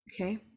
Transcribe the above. Okay